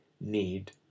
need